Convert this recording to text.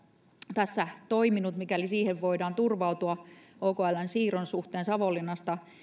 tässä toiminut siinä että siihen voidaan turvautua okln siirron suhteen savonlinnasta